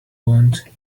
want